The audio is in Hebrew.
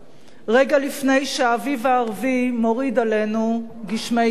רגע לפני שהאביב הערבי מוריד עלינו גשמי זעף.